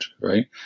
right